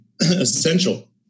essential